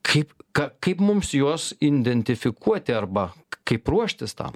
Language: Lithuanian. kaip ką kaip mums juos identifikuoti arba kaip ruoštis tam